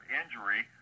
injury